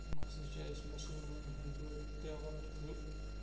یِم ہَسا چھِ اَسہِ مُسَلمانَن ہٕنٛدۍ بٔڑۍ تیٚہوار زٕ